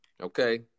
okay